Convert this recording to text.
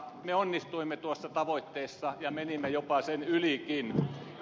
me onnistuimme tuossa tavoitteessa ja menimme jopa sen ylikin